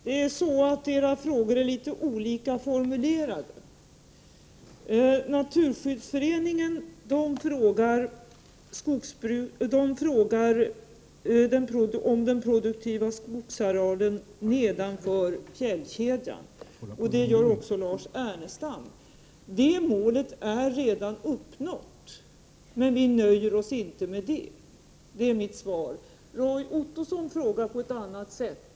Herr talman! Era frågor är litet olika formulerade. Naturskyddsföreningen frågar om den produktiva skogsarealen nedanför fjällkedjan, och det gör också Lars Ernestam. Det målet är redan uppnått, men vi nöjer oss inte med det — det är mitt svar. Roy Ottosson frågar på ett annat sätt.